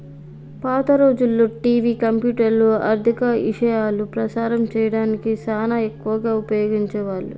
పాత రోజుల్లో టివి, కంప్యూటర్లు, ఆర్ధిక ఇశయాలు ప్రసారం సేయడానికి సానా ఎక్కువగా ఉపయోగించే వాళ్ళు